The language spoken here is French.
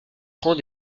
prend